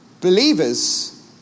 believers